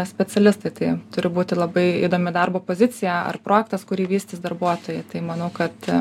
specialistai tai turi būti labai įdomi darbo pozicija ar projektas kurį vystys darbuotojai tai manau kad